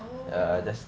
oh